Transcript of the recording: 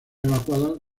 evacuadas